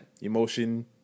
Emotion